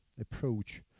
approach